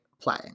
play